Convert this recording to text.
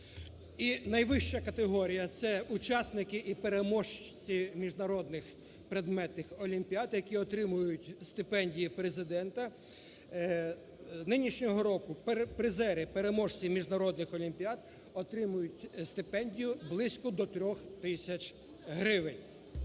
найвища категорія – це учасники і переможці міжнародних предметних олімпіад, які отримують стипендії Президента. Нинішнього року призери, переможці міжнародних олімпіад отримують стипендію близько до 3 тисяч гривень.